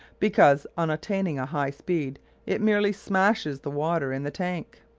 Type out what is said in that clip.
because on attaining a high speed it merely smashes the water in the tank.